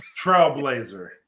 trailblazer